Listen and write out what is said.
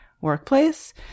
workplace